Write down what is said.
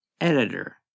Editor